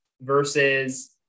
versus